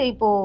Ipo